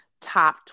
top